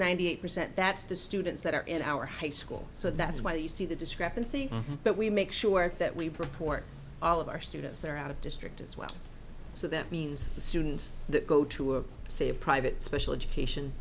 ninety eight percent that's the students that are in our high school so that's why you see the discrepancy but we make sure that we proport all of our students that are out of district as well so that means the students that go to a say a private special education